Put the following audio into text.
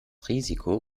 risiko